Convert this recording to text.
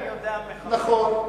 כן, נכון.